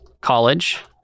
college